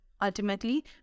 ultimately